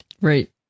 Right